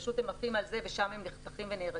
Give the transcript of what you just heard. פשוט הם עפים על זה ושם הם נחתכים ונהרגים.